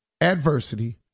Adversity